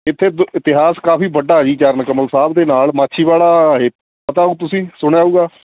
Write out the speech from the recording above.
ਇੱਥੇ ਇਤਿਹਾਸ ਕਾਫੀ ਵੱਡਾ ਜੀ ਚਰਨ ਕਮਲ ਸਾਹਿਬ ਦੇ ਨਾਲ ਮਾਛੀਵਾੜਾ ਇਹ ਪਤਾ ਹੋਊ ਤੁਸੀਂ ਸੁਣਿਆ ਹੋਊਗਾ